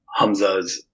Hamzas